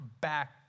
back